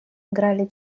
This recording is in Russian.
играли